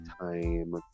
time